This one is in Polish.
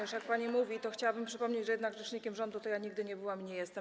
Już jak pani mówi, to chciałabym przypomnieć, że jednak rzecznikiem rządu to ja nigdy nie byłam i nie jestem.